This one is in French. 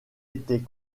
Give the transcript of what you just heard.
était